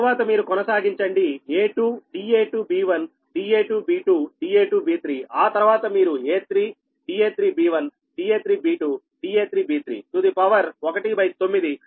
తర్వాత మీరు కొనసాగించండి a2 da2b1 da2b2 da2b3 ఆ తర్వాత మీరు a3 da3b1 da3b2 da3b3 to the power 1 by 9